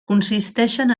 consisteixen